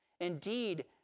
Indeed